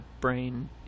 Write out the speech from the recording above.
brain